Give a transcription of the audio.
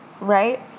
right